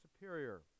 superior